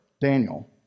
Daniel